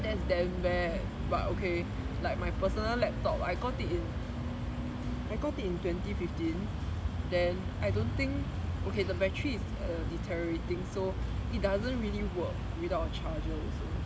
that's damn bad but okay like my personal laptop I got it in twenty fifteen then I don't think okay the battery is deteriorating so it doesn't really work without a charger also